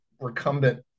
recumbent